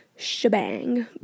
Shebang